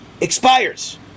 expires